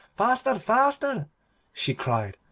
faster, faster she cried,